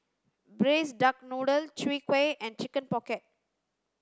braised duck noodle chwee kueh and chicken pocket